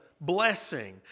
blessing